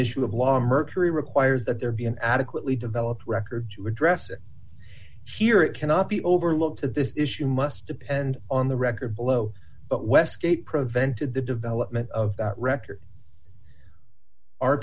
issue of law mercury requires that there be an adequately developed record to address it here it cannot be overlooked that this issue must depend on the record low but westgate prevented the development of that record